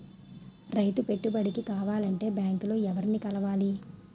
రైతు పెట్టుబడికి కావాలంటే బ్యాంక్ లో ఎవరిని కలవాలి?